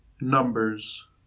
Numbers